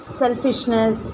selfishness